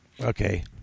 Okay